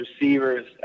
receivers